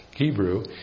Hebrew